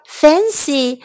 fancy